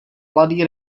mladý